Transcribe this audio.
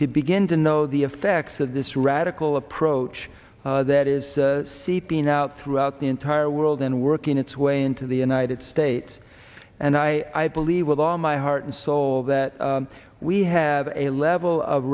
to begin to know the effects of this radical approach that is seeping out throughout the entire world and working its way into the united states and i believe with all my heart and soul that we have a level of